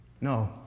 No